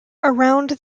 around